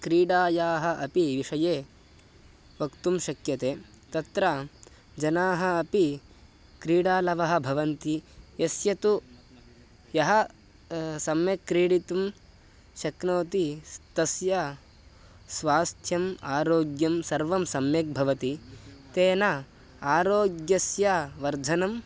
क्रीडायाः अपि विषये वक्तुं शक्यते तत्र जनाः अपि क्रीडालवः भवन्ति यस्य तु यः सम्यक् क्रीडितुं शक्नोति स् तस्य स्वास्थ्यम् आरोग्यं सर्वं सम्यक् भवति तेन आरोग्यस्य वर्धनम्